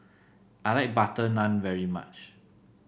I like butter naan very much